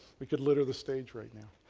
we could litter the stage right now.